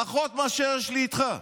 פחות מאשר יש לי איתך.